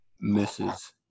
Misses